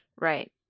Right